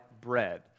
bread